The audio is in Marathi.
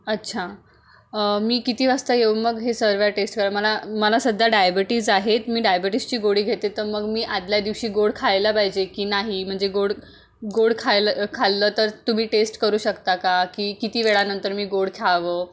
अच्छा मी किती वाजता येऊ मग हे सर्व टेस्ट करा मला मला सध्या डायबिटीज आहेत मी डायबिटीजची गोळी घेते तर मग मी आदल्या दिवशी गोड खायला पाहिजे की नाही म्हणजे गोड गोड खायला खाल्लं तर तुम्ही टेस्ट करू शकता का की किती वेळानंतर मी गोड खावं